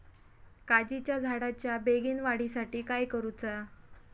काजीच्या झाडाच्या बेगीन वाढी साठी काय करूचा?